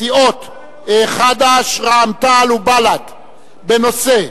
סיעות חד"ש, רע"ם-תע"ל ובל"ד בנושא: